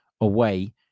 away